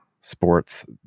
sports